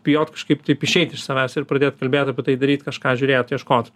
bijot kažkaip taip išeit iš savęs ir pradėt kalbėt apie tai daryt kažką žiūrėt ieškot